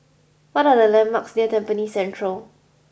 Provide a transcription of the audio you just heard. what are the landmarks near Tampines Central